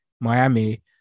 Miami